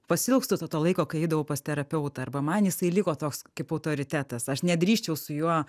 pasiilgstu to to laiko kai eidavau pas terapeutą arba man jisai liko toks kaip autoritetas aš nedrįsčiau su juo